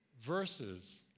verses